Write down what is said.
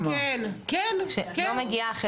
כי אנחנו מחכים לכם,